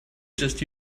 just